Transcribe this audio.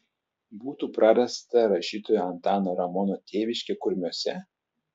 būtų prarasta rašytojo antano ramono tėviškė kurmiuose